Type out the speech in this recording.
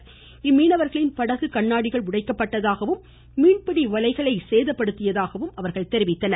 இம்மீனவர்களின் படகு கண்ணாடிகள் உடைக்கப்பட்டதாகவும் மீன்பிடி வலைகளை சேதப்படுத்தியதாகவும் அவர்கள் தெரிவித்தனர்